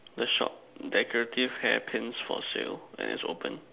the shop decorative hair Pins for sale and it's open